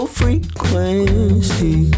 frequency